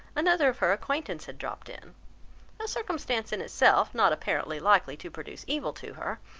another of her acquaintance had dropt in a circumstance in itself not apparently likely to produce evil to her.